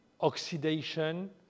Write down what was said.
oxidation